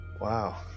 Wow